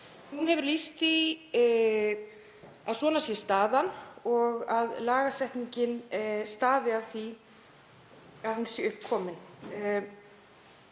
Hún hefur lýst því að svona sé staðan og að lagasetningin stafi af því að hún sé upp komin.